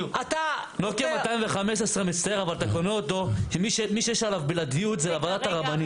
נוקיה 215, מי שיש עליו בלעדיות זה לוועדת הרבנים.